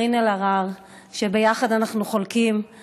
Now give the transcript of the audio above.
וקארין אלהרר, שביחד אנחנו חולקים את